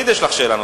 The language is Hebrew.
התאכזבתי,